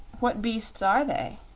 what beasts are they?